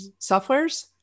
softwares